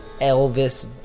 Elvis